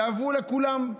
יעברו לכולם,